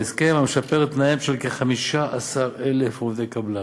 ההסכם המשפר את תנאיהם של כ-15,000 עובדי קבלן.